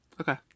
Okay